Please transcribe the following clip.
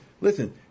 listen